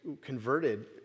converted